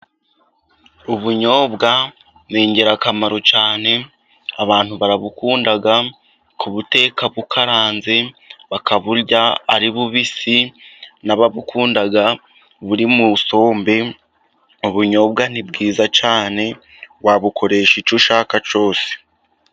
Ubunyobwa ni ingirakamaro cyane, abantu barabukunda ku buteka bukaranze, bakaburya ari bubisi n'ababukunda buri mu isombe, ubunyobwa ni bwiza cyane wabukoresha icyo ushaka cyose